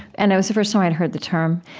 and that was the first time i'd heard the term.